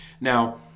Now